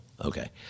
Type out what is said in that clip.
okay